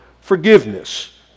forgiveness